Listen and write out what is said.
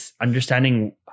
understanding